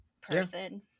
person